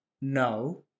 No